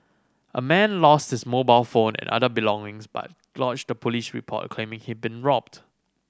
a man lost his mobile phone and other belongings but lodged a police report claiming he'd been robbed